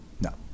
No